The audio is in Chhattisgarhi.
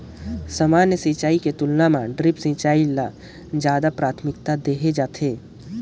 सामान्य सिंचाई के तुलना म ड्रिप सिंचाई ल ज्यादा प्राथमिकता देहे जाथे